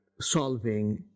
solving